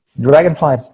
Dragonfly